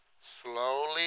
Slowly